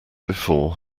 before